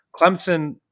Clemson